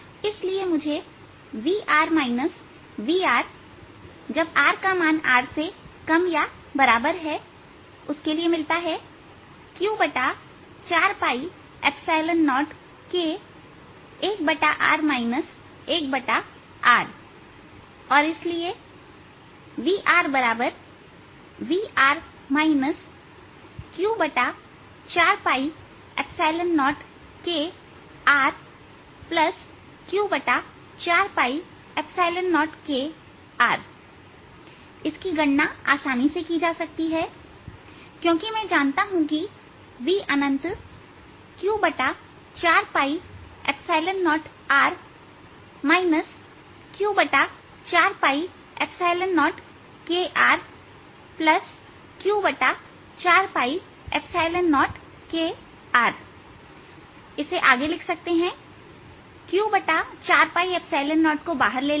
इसलिए मुझे V V rRके लिए मिलता है Q40kऔर इसलिए VV Q40kRQ40krइसकी गणना आसानी से की जा सकती है क्योंकि मैं जानता हूं कि VQ40R Q40kRQ40kr इसे आगे लिख सकते हैं Q40को बाहर ले लेंगे